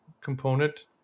component